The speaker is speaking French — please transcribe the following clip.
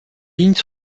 lignes